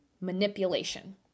manipulation